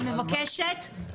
אני מבקשת,